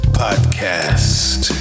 podcast